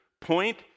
point